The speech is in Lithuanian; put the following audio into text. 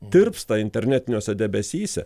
tirpsta internetiniuose debesyse